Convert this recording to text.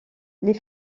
les